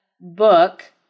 book